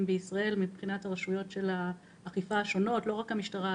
בישראל מבחינת רשויות האכיפה השונות לא רק המשטרה,